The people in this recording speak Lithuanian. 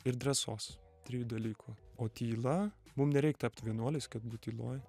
ir drąsos trijų dalykų o tyla mum nereik tapt vienuoliais kad būt tyloj